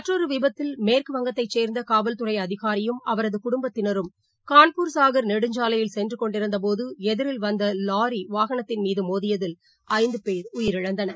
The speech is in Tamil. மற்றொருவிபத்தில் மேற்குவங்கத்தைசேர்ந்தகாவல்துறைஅதிகாரியும் அவரதுகுடும்பத்தினரும் கான்பூர் சாகர் நெடுஞ்சாலையில் சென்றுகொண்டிருந்தபோதுஎதிரில் வந்தலாரிவாகனத்தில் மோதியதில் ஐந்துபோ் உயிரிழந்தனர்